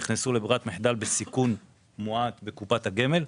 עד היום נכנסו לברירת מחדל בסיכון מועט בקופת הגמל.